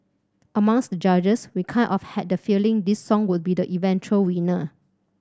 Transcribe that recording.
amongst the judges we kind of had the feeling this song would be the eventual winner